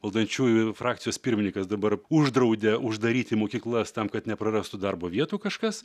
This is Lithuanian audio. valdančiųjų frakcijos pirmininkas dabar uždraudė uždaryti mokyklas tam kad neprarastų darbo vietų kažkas